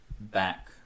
back